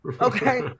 okay